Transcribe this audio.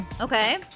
Okay